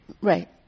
Right